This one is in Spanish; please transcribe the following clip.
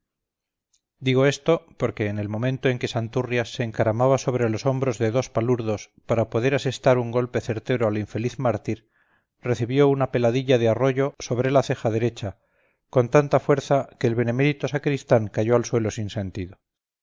digo esto porque en el momento en que santurrias se encaramaba sobre los hombros de dos palurdos para poder asestar un golpe certero al infeliz mártir recibió una peladilla de arroyo sobre la ceja derecha con tanta fuerza que el benemérito sacristán cayó al suelo sin sentido